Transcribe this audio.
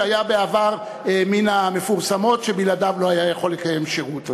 שהיה בעבר מן המפורסמות ובלעדיו לא היה יכול להיות שירות.